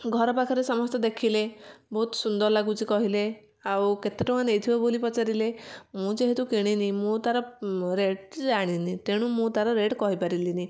ଘର ପାଖରେ ସମସ୍ତେ ଦେଖିଲେ ବହୁତ ସୁନ୍ଦର ଲାଗୁଛି କହିଲେ ଆଉ କେତେ ଟଙ୍କା ନେଇଥିବ ବୋଲି ପଚାରିଲେ ମୁଁ ଯେହେତୁ କିଣିନି ମୁଁ ତାର ରେଟ୍ ଜାଣିନି ତେଣୁ ମୁଁ ତାର ରେଟ୍ କହିପାରିଲିନି